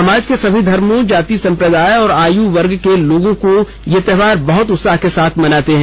समाज के सभी धर्मो जाति संप्रदाय और आयु वर्ग के लोग ये त्योहार बहुत उत्साह के साथ मनाते हैं